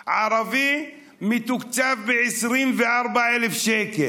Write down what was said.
ערבי מתוקצב ב-24,000 שקל.